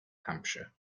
hampshire